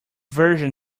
version